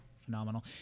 Phenomenal